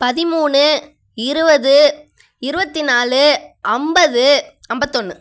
பதிமூணு இருபது இருபத்தி நாலு ஐம்பது அம்பத்தொன்று